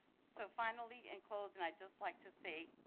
so finally, in close and i just like to say